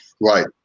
Right